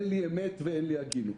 אין לאמת ואין לי הגינות.